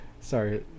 sorry